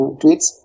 tweets